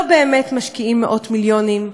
לא באמת משקיעים מאות מיליונים,